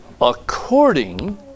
according